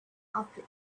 after